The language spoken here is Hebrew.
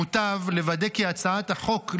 מוטב לוודא כי הצעת החוק,